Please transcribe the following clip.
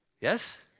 Yes